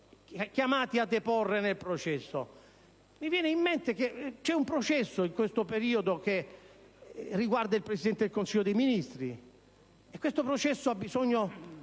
Mi viene in mente che vi è un processo, in questo periodo, che riguarda il Presidente del Consiglio dei ministri, un processo che ha bisogno di